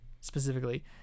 specifically